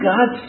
God